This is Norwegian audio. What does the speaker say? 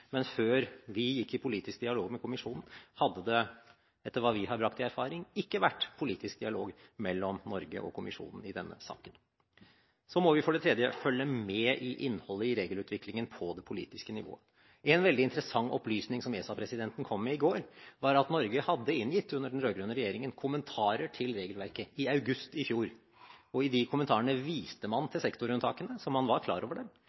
men før vi gikk i politisk dialog med kommisjonen, hadde det – etter hva vi har brakt i erfaring – ikke vært politisk dialog mellom Norge og kommisjonen i denne saken. Så må vi for det tredje følge med i innholdet i regelutviklingen på det politiske nivå. En veldig interessant opplysning som ESA-presidenten kom med i går, var at Norge hadde – under den rød-grønne regjeringen – inngitt kommentarer til regelverket i august i fjor. I de kommentarene viste man til sektorunntakene, så man var klar over dem,